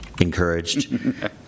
encouraged